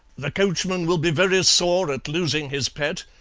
the coachman will be very sore at losing his pet,